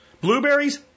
Blueberries